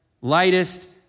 lightest